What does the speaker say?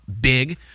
big